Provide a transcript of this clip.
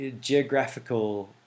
geographical